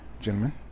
gentlemen